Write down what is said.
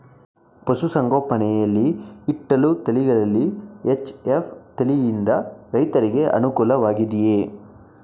ಪಶು ಸಂಗೋಪನೆ ಯಲ್ಲಿ ಇಟ್ಟಳು ತಳಿಗಳಲ್ಲಿ ಎಚ್.ಎಫ್ ತಳಿ ಯಿಂದ ರೈತರಿಗೆ ಅನುಕೂಲ ವಾಗಿದೆಯೇ?